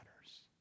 matters